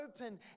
open